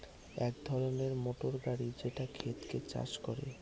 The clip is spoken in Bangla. এক ধরনের মোটর গাড়ি যেটা ক্ষেতকে চাষ করে